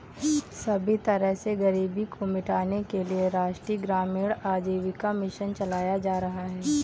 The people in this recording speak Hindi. सभी तरह से गरीबी को मिटाने के लिये राष्ट्रीय ग्रामीण आजीविका मिशन चलाया जा रहा है